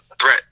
threat